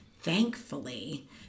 thankfully